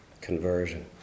Conversion